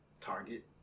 Target